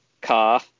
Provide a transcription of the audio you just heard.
car